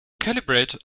calibrate